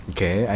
Okay